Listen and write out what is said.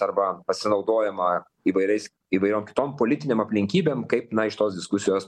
arba pasinaudojama įvairiais įvairiom kitom politinėm aplinkybėm kaip na iš tos diskusijos